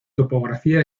topografía